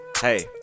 Hey